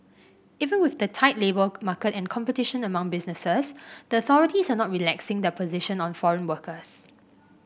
even with the tight labour market and competition among businesses the authorities are not relaxing their position on foreign workers